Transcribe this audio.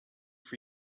for